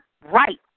right